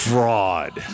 Fraud